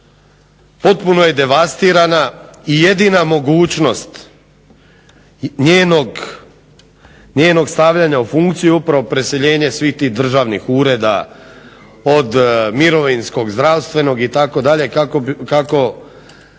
Potpuno je devastirana i jedina mogućnost njenog stavljanja u funkciju je upravo preseljenje svih tih državnih ureda od mirovinskog, zdravstvenog itd. kako